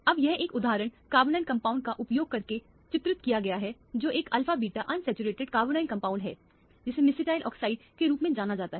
अब यह एक उदाहरण कार्बोनिल कंपाउंड का उपयोग करके चित्रित किया गया है जो एक alpha beta unsaturated carbonyl compound है जिसे मेसिटिल ऑक्साइड के रूप में जाना जाता है